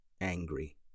angry